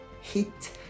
hit